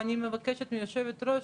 ואני מבקשת מיושבת הראש,